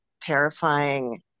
terrifying